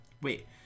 Wait